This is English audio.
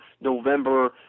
November